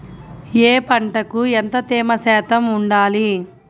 ఏ పంటకు ఎంత తేమ శాతం ఉండాలి?